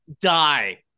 die